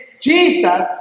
Jesus